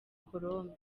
colombe